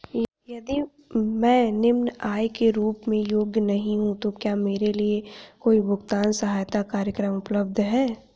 यदि मैं निम्न आय के रूप में योग्य नहीं हूँ तो क्या मेरे लिए कोई भुगतान सहायता कार्यक्रम उपलब्ध है?